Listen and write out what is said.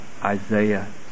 Isaiah